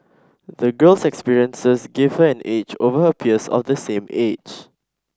the girl's experiences gave her an edge over her peers of the same age